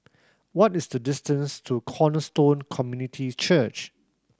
what is the distance to Cornerstone Community Church